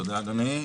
תודה, אדוני.